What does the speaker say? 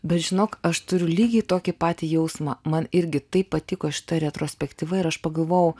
bet žinok aš turiu lygiai tokį patį jausmą man irgi taip patiko šita retrospektyva ir aš pagalvojau